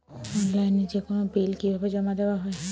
অনলাইনে যেকোনো বিল কিভাবে জমা দেওয়া হয়?